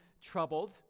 troubled